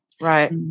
Right